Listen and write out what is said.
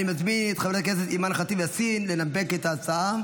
אני מזמין את חברת הכנסת אימאן ח'טיב יאסין לנמק את ההצעה,